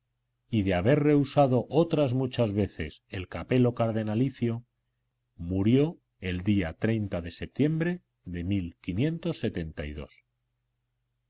y de haber rehusado otras muchas veces el capelo cardenalicio murió el día de septiembre de